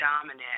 dominant